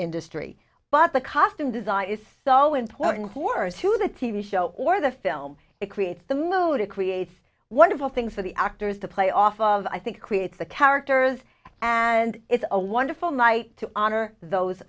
industry but the costume design is so important words to the t v show or the film it creates the mood it creates wonderful things for the actors to play off of i think creates the characters and it's a wonderful night to honor those